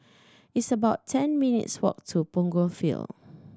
it's about ten minutes' walk to Punggol Field